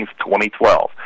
2012